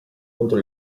contro